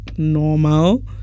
normal